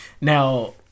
Now